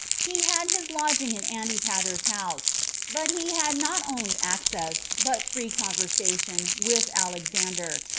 he had his lodging in antipater's house but he had not only access, but free conversation, with alexander,